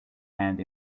and